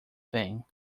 thing